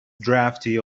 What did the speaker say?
drafty